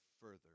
further